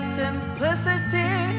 simplicity